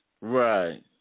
Right